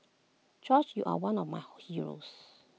George you are one of my heroes